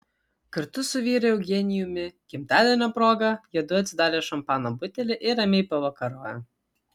kartu su vyru eugenijumi gimtadienio proga jiedu atsidarė šampano butelį ir ramiai pavakarojo